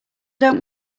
don’t